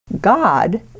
God